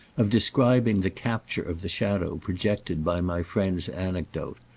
of describing the capture of the shadow projected by my friend's anecdote,